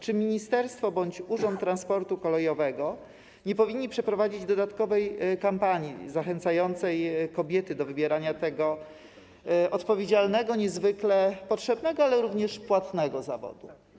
Czy ministerstwo bądź Urząd Transportu Kolejowego nie powinny przeprowadzić dodatkowej kampanii zachęcającej kobiety do wybierania tego niezwykle odpowiedzialnego, potrzebnego, ale również dobrze płatnego zawodu?